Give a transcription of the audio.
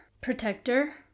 protector